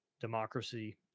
Democracy